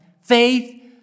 faith